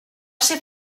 ser